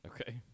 Okay